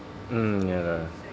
mm ya lah